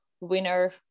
winner